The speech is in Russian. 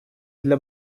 для